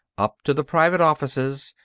up to the private offices,